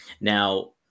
Now